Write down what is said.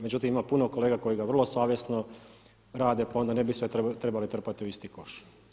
Međutim, ima puno kolega koji ga vrlo savjesno rade pa onda ne bi sve trebali trpati u isti koš.